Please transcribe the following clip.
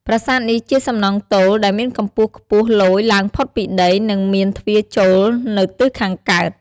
ប្រាសាទនេះជាសំណង់ទោលដែលមានកម្ពស់ខ្ពស់លយឡើងផុតពីដី និងមានទ្វារចូលនៅទិសខាងកើត។